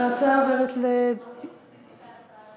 ההצעה עוברת, תוסיפי את ההצבעה שלי.